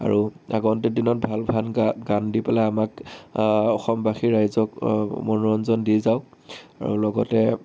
আৰু আগন্তুক দিনত ভাল ভাল গা গান দি পেলাই আমাক অসমবাসী ৰাইজক মনোৰঞ্জন দি যাওক আৰু লগতে